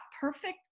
perfect